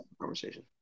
conversation